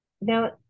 Now